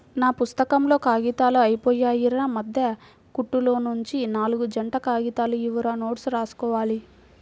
నా పుత్తకంలో కాగితాలు అయ్యిపొయ్యాయిరా, మద్దె కుట్టులోనుంచి నాల్గు జంట కాగితాలు ఇవ్వురా నోట్సు రాసుకోవాలి